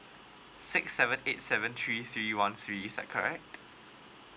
six seven eight seven three three one three is that correct